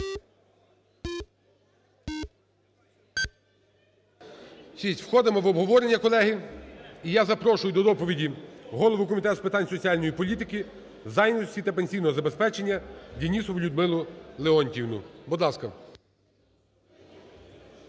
За-206 Входимо в обговорення, колеги. І я запрошую до доповіді голову Комітету з питань соціальної політики, зайнятості та пенсійного забезпечення Денісову Людмилу Леонтіївну. Будь ласка.